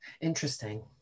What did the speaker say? interesting